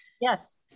yes